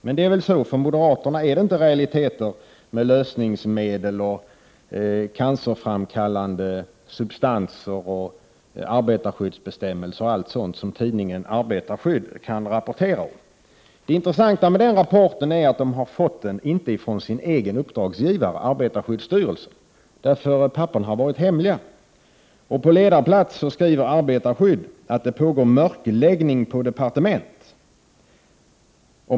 Men för moderaterna är inte lösningsmedel, cancerframkallande substanser, arbetarskyddsbestämmelser etc. — tidningen Arbetarskydd kan rapportera om dessa saker — några realiteter. Det intressanta är att man inte har fått rapporten från sin egen arbetsgivare, arbetarskyddsstyrelsen. Papperna har nämligen varit hemliga. På ledarplats skriver man i tidningen Arbetarskydd att det pågår mörkläggning på departement.